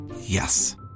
Yes